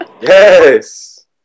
Yes